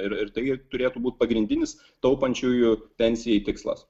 ir ir tai turėtų būt pagrindinis taupančiųjų pensijai tikslas